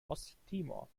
osttimor